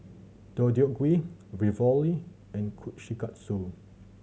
Deodeok Gui Ravioli and Kushikatsu